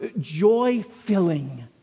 joy-filling